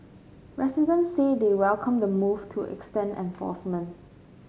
residents say they welcome the move to extend enforcement